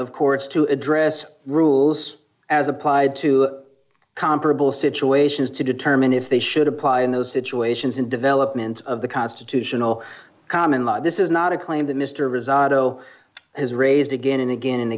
of courts to address rules as applied to comparable situations to determine if they should apply in those situations and developments of the constitutional common law this is not a claim that mr reside o has raised again and again and